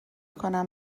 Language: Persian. کنم